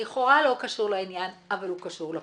לכאורה, לא קשור לעניין, אבל הוא קשור לכל.